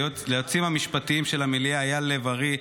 ליועצים המשפטיים של המליאה אייל לב ארי,